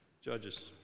Judges